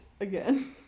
again